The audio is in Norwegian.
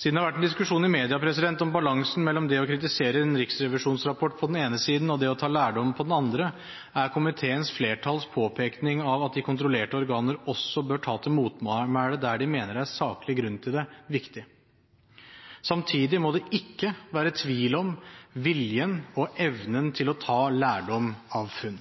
Siden det har vært en diskusjon i media om balansen mellom det å kritisere en riksrevisjonsrapport på den ene siden og det å ta lærdom på den andre, er komiteens flertalls påpekning av at de kontrollerte organer også bør ta til motmæle der de mener det er saklig grunn til det, viktig. Samtidig må det ikke være tvil om viljen og evnen til å ta lærdom av funn.